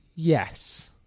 Yes